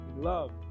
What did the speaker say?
Love